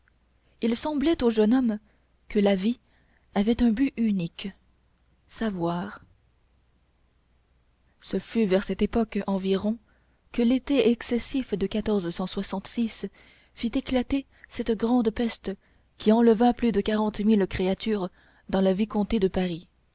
il semblait au jeune homme que la vie avait un but unique savoir ce fut vers cette époque environ que l'été excessif de fit éclater cette grande peste qui enleva plus de quarante mille créatures dans la vicomté de paris